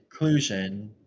inclusion